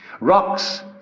rocks